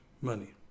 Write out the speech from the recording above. money